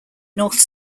north